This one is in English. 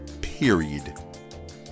Period